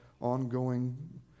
ongoing